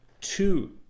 two